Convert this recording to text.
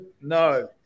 no